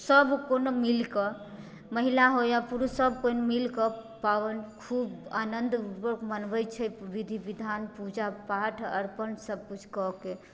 सब केओ मिलकऽ महिला हो या पुरुष सब केओ मिलकऽ पाबनि खूब आनन्दपूर्वक मनबैत छै विधि विधान पूजापाठ अर्पण सब किछु कऽके